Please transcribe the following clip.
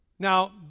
Now